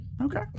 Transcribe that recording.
Okay